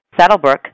Saddlebrook